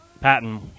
Patton